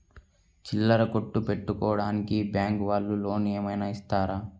చిల్లర కొట్టు పెట్టుకోడానికి బ్యాంకు వాళ్ళు లోన్ ఏమైనా ఇస్తారా?